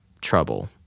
trouble